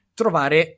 trovare